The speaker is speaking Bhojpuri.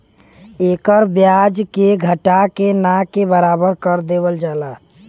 एकर ब्याज के घटा के ना के बराबर कर देवल जाला